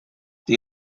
they